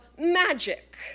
magic